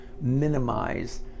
minimize